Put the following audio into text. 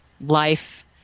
life